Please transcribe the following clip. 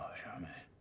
charmaine.